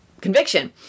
conviction